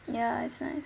ya it's nice